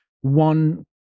One